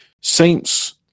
saints